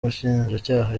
umushinjacyaha